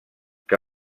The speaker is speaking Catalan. que